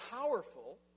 powerful